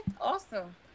Awesome